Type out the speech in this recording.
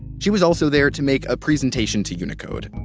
she was also there to make a presentation to unicode.